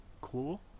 cool